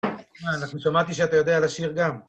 מה, אנחנו שמעתי שאתה יודע לשיר גם.